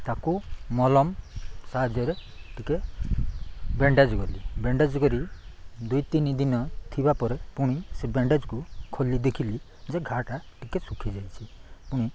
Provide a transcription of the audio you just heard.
ତାକୁ ମଲମ ସାହାଯ୍ୟରେ ଟିକେ ବ୍ୟାଣ୍ଡେଜ୍ କଲି ବ୍ୟାଣ୍ଡେଜ୍ କରି ଦୁଇ ତିନି ଦିନ ଥିବା ପରେ ପୁଣି ସେ ବ୍ୟାଣ୍ଡେଜ୍କୁ ଖୋଲି ଦେଖିଲି ଯେ ଘା'ଟା ଟିକେ ଶୁଖିଯାଇଛିି ପୁଣି